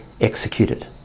executed